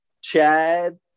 Chad